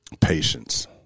patience